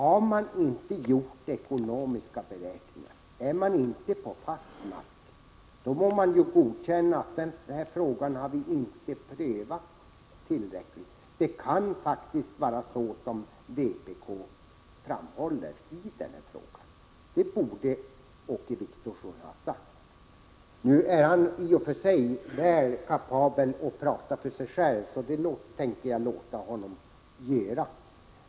Om man inte har gjort ekonomiska beräkningar, inte har fast mark under fötterna, må man erkänna: Denna fråga har vi inte prövat tillräckligt, utan det kan faktiskt vara så som vpk framhåller. Det borde Åke Wictorsson ha sagt. Åke Wictorsson är i och för sig väl kapabel att tala för sig själv, så det tänker jag låta honom göra.